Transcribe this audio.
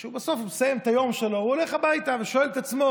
כשהוא מסיים את היום שלו הוא הולך הביתה ושואל את עצמו: